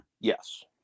Yes